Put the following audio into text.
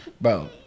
Bro